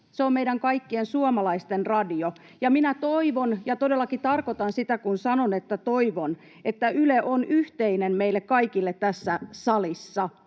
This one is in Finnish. Se on meidän kaikkien suomalaisten radio. Ja minä toivon ja todellakin tarkoitan sitä, kun sanon, että toivon, että Yle on yhteinen meille kaikille tässä salissa.